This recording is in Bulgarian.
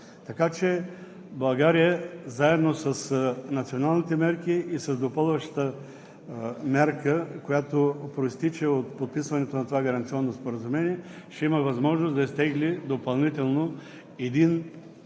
Така че България, заедно с националните мерки и с допълващата мярка, която произтича от подписването на това гаранционно споразумение, ще има възможност да изтегли допълнително 1 млрд.